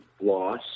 loss